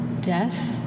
death